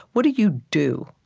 what do you do,